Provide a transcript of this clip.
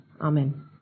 Amen